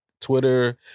Twitter